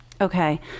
Okay